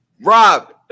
Rob